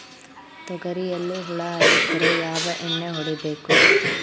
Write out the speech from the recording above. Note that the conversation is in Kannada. ತೊಗರಿಯಲ್ಲಿ ಹುಳ ಆಗಿದ್ದರೆ ಯಾವ ಎಣ್ಣೆ ಹೊಡಿಬೇಕು?